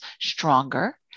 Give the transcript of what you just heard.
stronger